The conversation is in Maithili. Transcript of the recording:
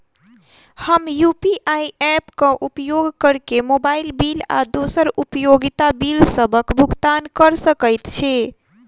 हम यू.पी.आई ऐप क उपयोग करके मोबाइल बिल आ दोसर उपयोगिता बिलसबक भुगतान कर सकइत छि